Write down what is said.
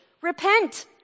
repent